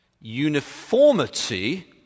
Uniformity